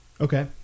Okay